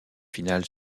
finale